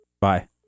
Bye